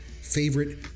favorite